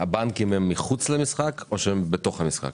הבנקים הם מחוץ למשחק או בתוך המשחק?